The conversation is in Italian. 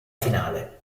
finale